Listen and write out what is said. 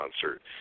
concert